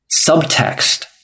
subtext